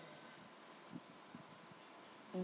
mm